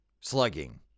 slugging